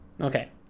Okay